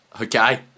Okay